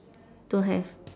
don't have